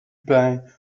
pain